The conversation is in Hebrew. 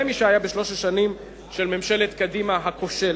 משהיה בשלוש השנים של ממשלת קדימה הכושלת.